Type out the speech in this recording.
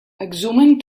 exhumen